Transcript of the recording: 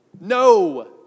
No